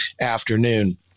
afternoon